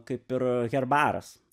kaip ir herbaras